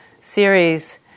series